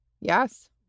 Yes